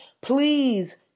please